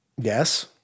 Yes